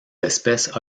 espèces